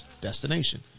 destination